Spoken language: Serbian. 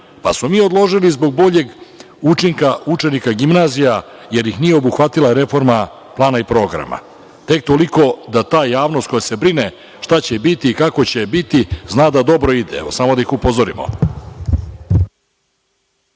pa smo mi odložili zbog boljeg učinka učenika gimnazija jer ih nije obuhvatila reforma plana i programa. Tek toliko, da ta javnost koja se brine šta će biti i kako će biti zna da dobro ide. Samo da ih upozorimo.